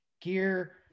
gear